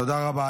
תודה רבה.